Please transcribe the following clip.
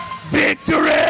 victory